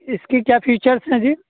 اس کی کیا فیچرس ہیں جی